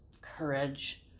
courage